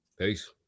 peace